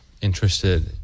interested